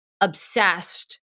Obsessed